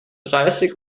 dreißig